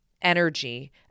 energy